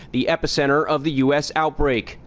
the epicenter of the u s. outbreak,